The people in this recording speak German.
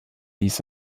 ließ